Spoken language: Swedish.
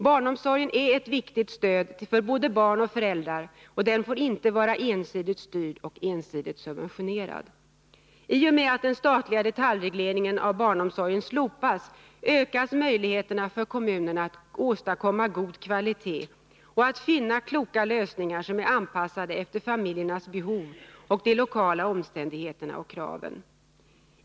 Barnomsorgen är ett viktigt stöd för både barn och föräldrar, och den får inte vara ensidigt styrd och ensidigt subventionerad. I och med att den statliga detaljregleringen av barnomsorgen slopas ökas möjligheterna för kommunerna att åstadkomma god kvalitet och att finna kloka lösningar som är anpassade efter familjernas behov och de lokala omständigheterna och kraven.